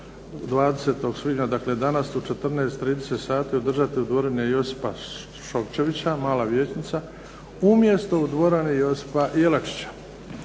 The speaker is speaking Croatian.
20. svibnja, dakle danas u 14,30 sati održati u dvorani Josipa Šokčevića Mala vijećnica umjesto u dvorani Josipa Jelačića.